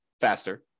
faster